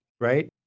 Right